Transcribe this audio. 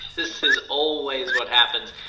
this is always what happens.